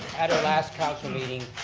at our last council meeting,